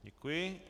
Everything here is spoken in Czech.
Děkuji.